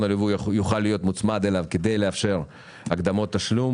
הליווי יוכל להיות מוצמד אליו כדי לאפשר הקדמות תשלום.